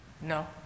No